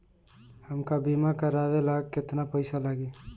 हमका बीमा करावे ला केतना पईसा लागी?